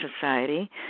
Society